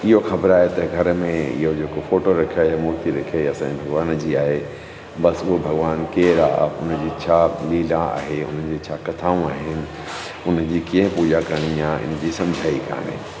इहो ख़बर आहे त घर में इहो जेको फ़ोटो रखियल आहे मूर्ति रखिया इहा असांजे भॻुवान जी आहे बसि उहो भॻवानु केरु आहे हुनजी छा लीला आहे हुनजी छा कथाऊं आहिनि उनजी कीअं पूॼा करिणी आहे हिनजी समुझ ई कोन्हे